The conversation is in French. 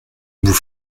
vous